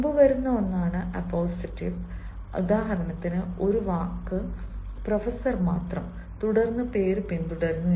മുമ്പ് വരുന്ന ഒന്നാണ് അപ്പോസിറ്റീവ് ഉദാഹരണത്തിന് ഒരു വാക്ക് പ്രൊഫസർ മാത്രം തുടർന്ന് പേര് പിന്തുടരുന്നു